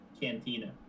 cantina